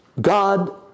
God